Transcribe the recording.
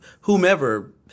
whomever